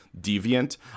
Deviant